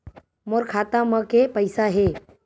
मोर खाता म के पईसा हे?